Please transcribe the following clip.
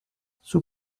sous